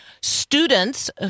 students